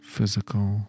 physical